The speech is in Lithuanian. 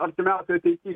artimiausioj ateity